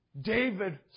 David